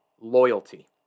loyalty